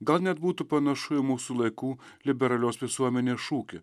gal net būtų panašu į mūsų laikų liberalios visuomenės šūkį